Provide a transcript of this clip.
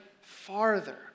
farther